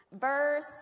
Verse